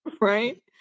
Right